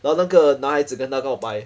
然后那个男孩子跟她告白